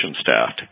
staff